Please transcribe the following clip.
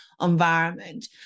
environment